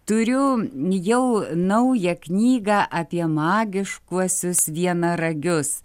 turiu jau naują knygą apie magiškuosius vienaragius